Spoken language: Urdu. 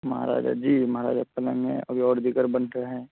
مہاراجا جی مہاراجا پلنگ ہے ابھی اور دیگر بنتے ہیں